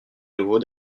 nouveau